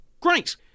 great